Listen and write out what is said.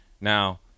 Now